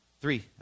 three